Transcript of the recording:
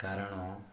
କାରଣ